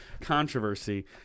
controversy